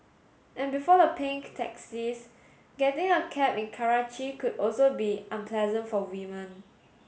and before the pink taxis getting a cab in Karachi could also be unpleasant for women